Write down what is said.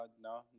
No